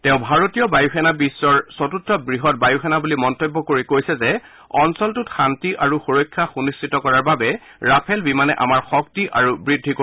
তেওঁ ভাৰতীয় বায়ুসেনা বিশ্বৰ চতুৰ্থ বৃহৎ বায়ুসেনা বুলি মন্তব্য কৰি কৈছে যে অঞ্চলটোত শান্তি আৰু সুৰক্ষা সুনিশ্চিত কৰাৰ বাবে ৰাফেল বিমানে আমাৰ শক্তি আৰু বৃদ্ধি কৰিব